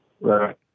right